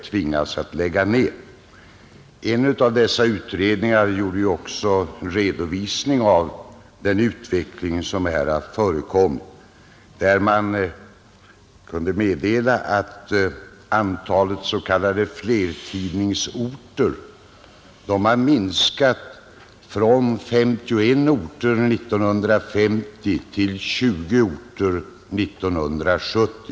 En av dessa utredningar innehöll också en redovisning av den utveckling som förevarit; därav framgick att antalet s.k. flertidningsorter har minskat från 51 år 1950 till 20 år 1970.